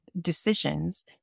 decisions